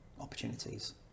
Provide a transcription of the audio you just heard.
opportunities